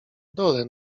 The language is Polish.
dole